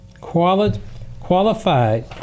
Qualified